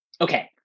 Okay